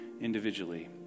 individually